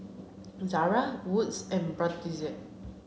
Zara Wood's and Brotzeit